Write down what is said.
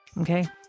Okay